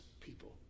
people